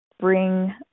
bring